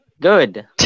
Good